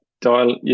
dial